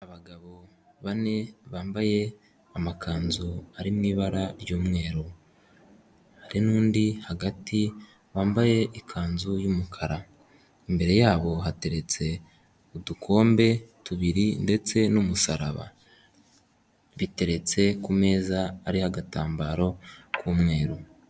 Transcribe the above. Abagabo bane bambaye amakanzu ari mu ibara ry'umweru. Hari n'undi hagati wambaye ikanzu yumukara. Imbere yabo hateretse udukombe tubiri ndetse n'umusaraba. Biteretse ku meza ariho agatambaro k'umweru.